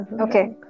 Okay